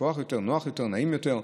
כוח, נוח יותר, נעים יותר.